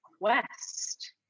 quest